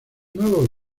nuevos